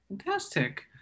Fantastic